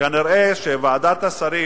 כנראה ועדת השרים,